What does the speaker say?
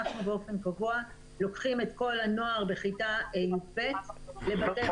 אנחנו באופן קבוע לוקחים את כל הנוער בכיתה י"ב לבתי